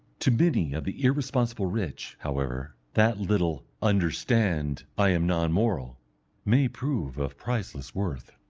to many of the irresponsible rich, however, that little understand, i am non-moral may prove of priceless worth.